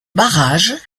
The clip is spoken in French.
barrage